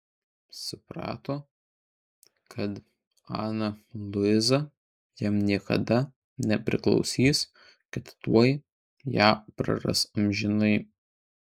suprato kad ana luiza jam niekada nepriklausys kad tuoj ją praras amžinai